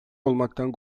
olmaktan